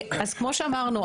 כמו שאמרתי,